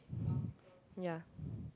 yeah